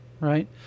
Right